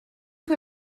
que